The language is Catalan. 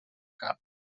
cap